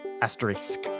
Asterisk